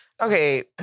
Okay